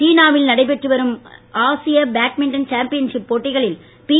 சீனாவில் நடைபெற்று வரும் ஆசிய பேட்மிண்டன் சாம்பியன்ஷிப் போட்டிகளில் பி